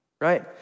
right